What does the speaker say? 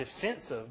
defensive